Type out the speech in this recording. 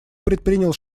предпринял